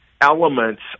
elements